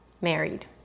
married